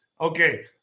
Okay